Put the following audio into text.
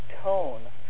tone